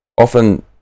often